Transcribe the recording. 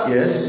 Yes